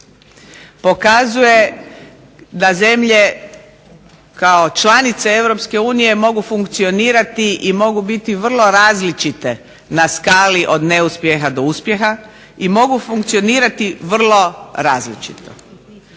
pokazuje da zemlje kao članice Europske unije mogu funkcionirati i mogu biti vrlo različite na skali od uspjeha do neuspjeha i mogu funkcionirati vrlo različito.